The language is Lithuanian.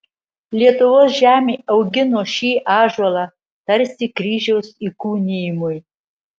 lietuvos žemė augino šį ąžuolą tarsi kryžiaus įkūnijimui